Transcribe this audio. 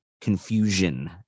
confusion